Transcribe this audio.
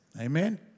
amen